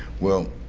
well,